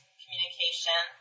communication